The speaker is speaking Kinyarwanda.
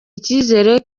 icyizere